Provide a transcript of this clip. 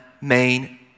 main